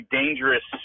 dangerous